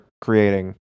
creating